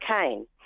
cane